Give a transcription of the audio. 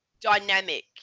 dynamic